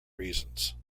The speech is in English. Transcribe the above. reasons